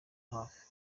hafi